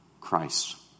Christ